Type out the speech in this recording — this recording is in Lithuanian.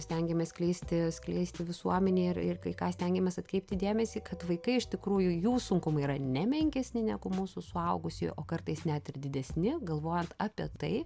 stengiamės skleisti skleisti visuomenėj ir ir kai ką stengiamės atkreipti dėmesį kad vaikai iš tikrųjų jų sunkumai yra ne menkesni negu mūsų suaugusiųjų o kartais net ir didesni galvojant apie tai